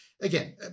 again